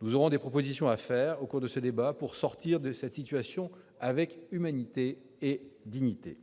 Nous aurons des propositions à faire valoir au cours de ce débat pour sortir de cette situation avec humanité et dignité.